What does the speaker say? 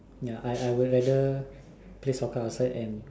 ya I I would rather play soccer outside and